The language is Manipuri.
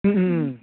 ꯎꯝ ꯎꯝ ꯎꯝ